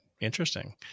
Interesting